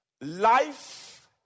life